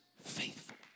faithful